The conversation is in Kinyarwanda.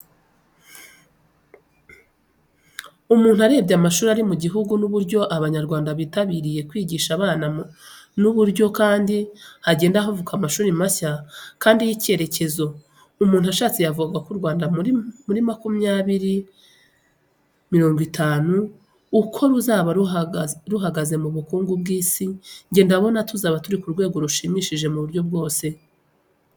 Umuntu arebye amashuri ari mugihugu n,uburyo abanyarwanda bitabiriye kwigisha abana nuburo kandi hagenda havuka amashuri mashya kandi yicyerekezo. umuntu ashatse yavuga uRwanda muri makumyabiri mirongo itanu uko ruzaba ruhaga mubukungu kw,isi nge ndabona tuzaba turikurwego rushimishije muburyo bwose.